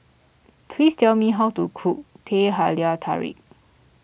please tell me how to cook Teh Halia Tarik